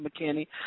McKinney